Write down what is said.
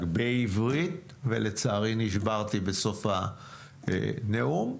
בעברית ולצערי נשברתי בסוף הנאום,